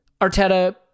Arteta